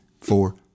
four